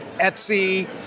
Etsy